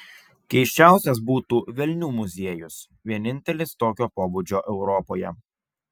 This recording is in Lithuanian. keisčiausias būtų velnių muziejus vienintelis tokio pobūdžio europoje